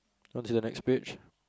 want see the next page